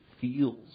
feels